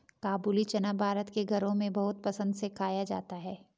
काबूली चना भारत के घरों में बहुत पसंद से खाया जाता है